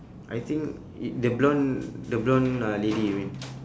I think it the blonde the blonde uh lady you mean